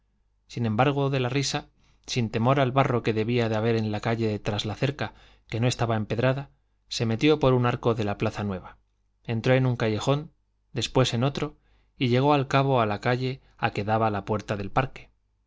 sin embargo de la risa sin temor al barro que debía de haber en la calle de tras la cerca que no estaba empedrada se metió por un arco de la plaza nueva entró en un callejón después en otro y llegó al cabo a la calle a que daba la puerta del parque